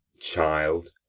child,